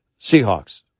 Seahawks